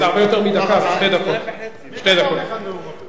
(חבר הכנסת יואל חסון יוצא מאולם המליאה.) זה הרבה יותר מדקה,